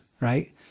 right